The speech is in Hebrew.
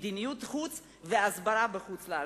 את מדיניות החוץ ואת ההסברה בחוץ-לארץ.